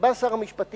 שבא שר המשפטים,